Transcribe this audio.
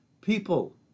People